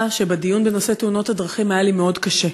שבדיון בנושא תאונות הדרכים היה לי מאוד קשה.